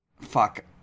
Fuck